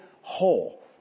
whole